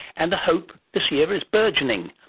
and the hope this year is burgeoning.